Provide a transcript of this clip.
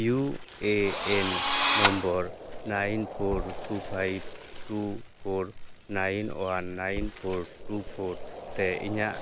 U A N number nine four two five two four nine one nine four two four ᱛᱮ ᱤᱧᱟᱜ